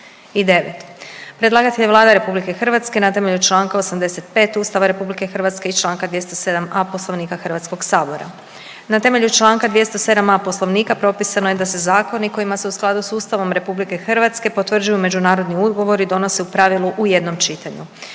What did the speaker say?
iz okvirnog zajma, drugo čitanje, P.Z. br. 629 Ustava Republike Hrvatske i članka 207a. Poslovnika Hrvatskog sabora. Na temelju članka 207a. Poslovnika propisano je da se zakoni kojima se u skladu sa Ustavom Republike Hrvatske potvrđuju međunarodni ugovori donose u pravilu u jednom čitanju.